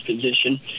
position